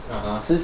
(uh huh)